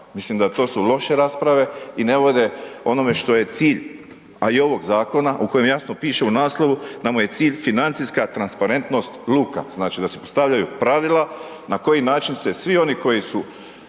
mislim da to su loše rasprave i ne vode onome što je cilj, a i ovog zakona u kojem jasno piše u naslovu da mu je cilj financijska transparentnost luka, znači, da se postavljaju pravila na koji način se svi oni koji su